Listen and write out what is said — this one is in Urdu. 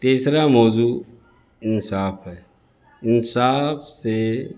تیسرا موضوع انصاف ہے انصاف سے